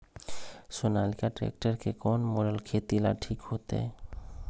Sonalika tractor के कौन model खेती ला ठीक होतै?